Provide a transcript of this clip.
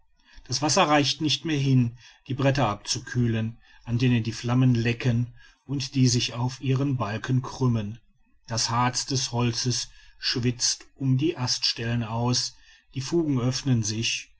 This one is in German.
das wasser reicht nicht mehr hin die bretter abzukühlen an denen die flammen lecken und die sich auf ihren balken krümmen das harz des holzes schwitzt um die aststellen aus die fugen öffnen sich